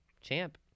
champ